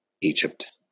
Egypt